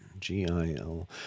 G-I-L